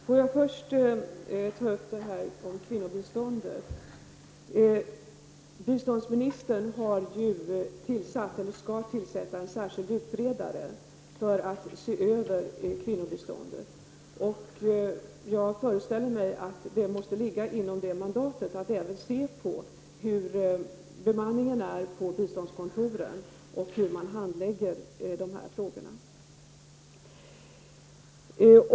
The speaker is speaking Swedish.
Herr talman! Får jag först ta upp frågan om kvinnobiståndet. Biståndsministern skall ju tillsätta en särskild utredare för att se över detta bistånd. Jag föreställer mig att det måste ligga inom detta mandat att även ta upp frågan om bemanningen på biståndskontoren och handläggningen av dessa frågor.